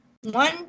One